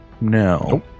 No